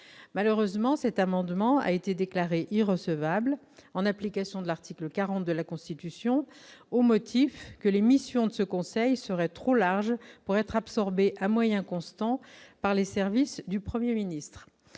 malheureusement, cet amendement a été déclaré il recevables en application de l'article 40 de la Constitution, au motif que l'émission de ce conseil serait trop large pour être absorbés à moyens constants, par les services du 1er ministre